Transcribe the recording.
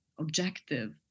objective